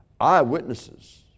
Eyewitnesses